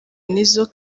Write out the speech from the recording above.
nizzo